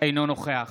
אינו נוכח